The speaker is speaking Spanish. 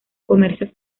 comercio